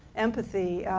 empathy,